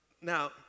Now